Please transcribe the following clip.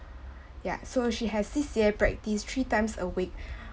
yeah so she has C_C_A practice three times a week